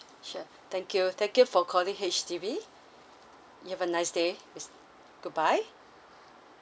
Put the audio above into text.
sure thank you thank you for calling H_D_B you have a nice day goodbye